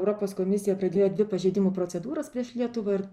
europos komisija pradėjo dvi pažeidimų procedūras prieš lietuvą ir